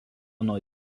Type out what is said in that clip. nuo